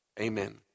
Amen